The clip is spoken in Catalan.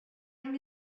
amb